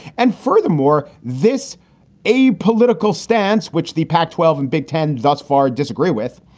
and furthermore, this a political stance which the pac twelve and big ten thus far disagree with.